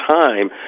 time